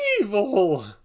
evil